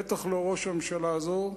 ודאי לא ראש הממשלה הזה,